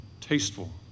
tasteful